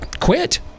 Quit